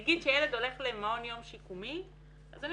נגיד שילד הולך למעון יום שיקומי אז אני